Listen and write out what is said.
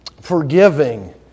forgiving